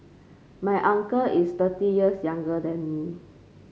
my uncle is thirty years younger than me